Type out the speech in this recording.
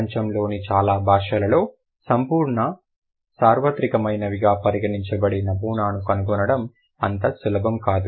ప్రపంచంలోని చాలా భాషలలో సంపూర్ణ సార్వత్రికమైనవిగా పరిగణించబడే నమూనాను కనుగొనడం అంత సులభం కాదు